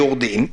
יורדים.